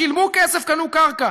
שילמו כסף וקנו קרקע,